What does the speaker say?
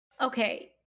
Okay